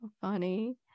Funny